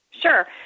Sure